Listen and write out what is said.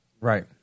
right